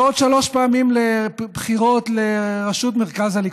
ועוד שלוש פעמים לבחירות לראשות מרכז הליכוד,